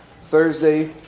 Thursday